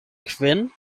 kvin